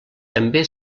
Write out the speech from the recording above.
també